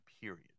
period